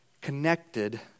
connected